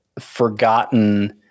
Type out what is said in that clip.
forgotten